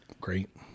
great